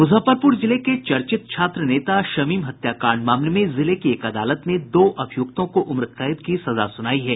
मुजफ्फरपुर जिले के चर्चित छात्र नेता शमीम हत्याकांड मामले में जिले की एक अदालत ने दो अभियुक्तों को उम्रकैद की सजा सुनायी है